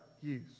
use